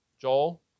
Joel